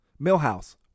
Millhouse